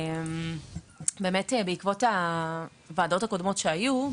באמת בעקבות הוועדות הקודמות שהיו,